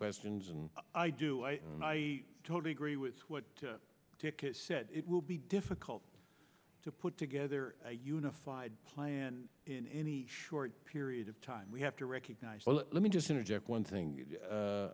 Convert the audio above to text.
questions and i do i totally agree with what dick said it will be difficult to put together a unified plan in any short period of time we have to recognize well let me just interject one